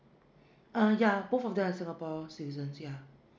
uh yeah both of them are singapore citizens yeah